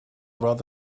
rod